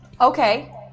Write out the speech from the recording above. Okay